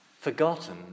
forgotten